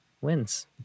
wins